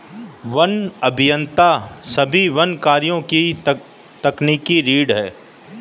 one अभियंता सभी वन कार्यों की तकनीकी रीढ़ हैं